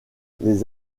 les